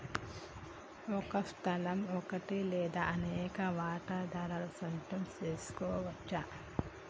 ఓ సంస్థ ఒకటి లేదా అనేక వాటాదారుల సొంతం సెసుకోవచ్చు